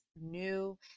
new